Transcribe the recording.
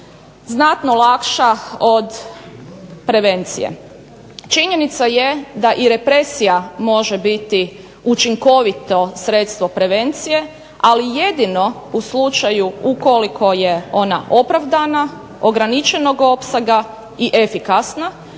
znatno lakša od prevencije. Činjenica je da i represija može biti učinkovito sredstvo prevencije, ali jedino u slučaju ukoliko je ona opravdana, ograničenog opsega i efikasna,